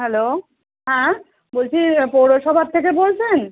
hello হ্যাঁ বলছি পৌরসভার থেকে বলছেন